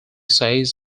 says